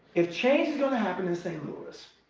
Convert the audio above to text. if change is gonna happen in st. louis,